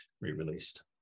re-released